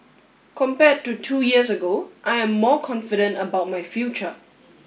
compared to two years ago I am more confident about my future